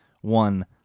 one